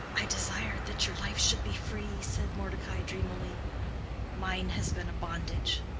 i desired that your life should be free, said mordecai, dreamily mine has been a bondage.